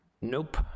Nope